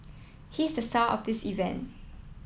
he's the star of this event